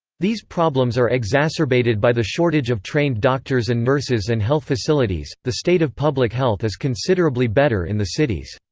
these problems are exacerbated by the shortage of trained doctors and nurses and health facilities the state of public health is considerably better in the cities.